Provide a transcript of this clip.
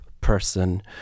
person